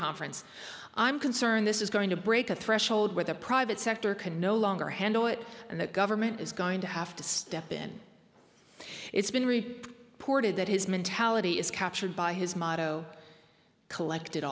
conference i'm concerned this is going to break a threshold where the private sector can no longer handle it and the government is going to have to step in it's been reported that his mentality is captured by his motto collected